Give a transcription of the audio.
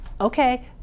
okay